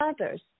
others